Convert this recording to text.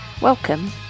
Welcome